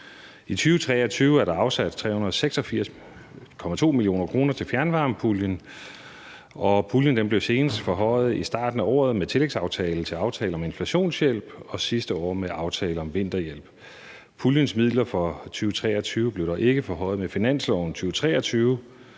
I 2023 er der afsat 386,2 mio. kr. til fjernvarmepuljen, og puljen blev senest forhøjet i starten af året med tillægsaftale til aftale om inflationshjælp og sidste år med aftale om vinterhjælp. Puljens midler for 2023 blev dog ikke forhøjet med finansloven for